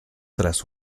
tras